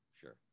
Sure